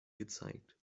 gezeigt